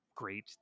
Great